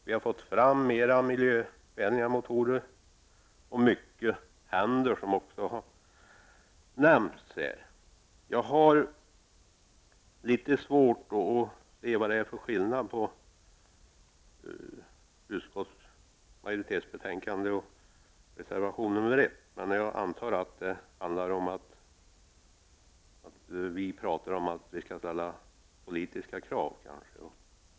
Det har kommit fram mera miljövänliga motorer och det är mycket som händer. Jag har litet svårt att se skillnaden mellan utskottsmajoritetens skrivning och reservation 1, men jag antar att den består i att utskottsmajoriteten vill ställa politiska krav.